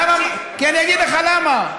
אני אגיד לך למה.